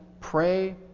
pray